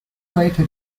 later